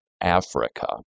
Africa